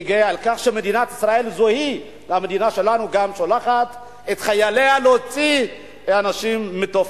אני גאה על כך שמדינת ישראל שולחת את חייליה להוציא אנשים מתופת,